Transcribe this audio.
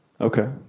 Okay